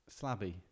slabby